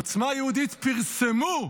עוצמה יהודית פרסמו: